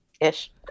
ish